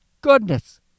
goodness